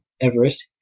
Everest